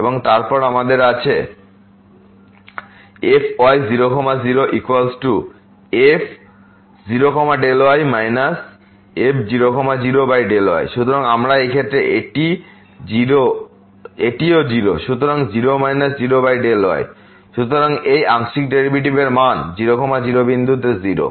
এবং তারপর আমাদের আছে fy0 0f0Δy f00Δy সুতরাং আবার এই ক্ষেত্রে এটি 0 এটিও 0 সুতরাং 0 0Δy সুতরাং এই আংশিক ডেরিভেটিভ এর মান 0 0 বিন্দুতে 0